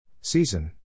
Season